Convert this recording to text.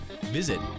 visit